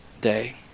day